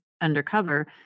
undercover